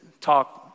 talk